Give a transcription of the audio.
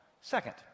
Second